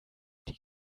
die